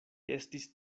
estis